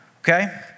okay